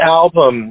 album